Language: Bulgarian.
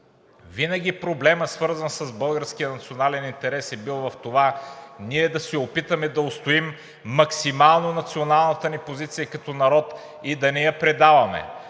Винаги проблемът, свързан с българския национален интерес, е бил в това ние да се опитаме да отстоим максимално националната ни позиция като народ и да не я предаваме.